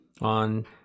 on